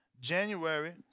January